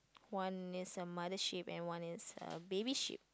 one is a mother sheep and one is a baby sheep